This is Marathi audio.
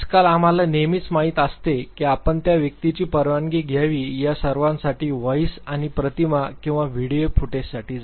आजकाल आम्हाला नेहमीच माहित असते की आपण त्या व्यक्तीची परवानगी घ्यावी या सर्वांसाठी व्हॉईस किंवा प्रतिमा किंवा व्हिडिओ फुटेजसाठी जा